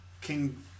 King